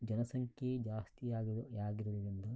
ಜನಸಂಖ್ಯೆ ಜಾಸ್ತಿಯಾಗಿರು ಆಗಿರುವುದರಿಂದ